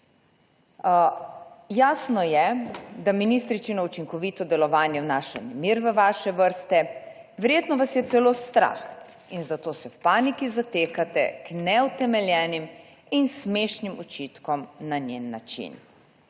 Jasno je, da ministričino učinkovito delovanje vnaša nemir v vaše vrste. Verjetno vas je celo strah in zato se v paniki zatekate k neutemeljenim in smešnim očitkom na njen način.